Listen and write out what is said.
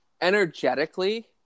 energetically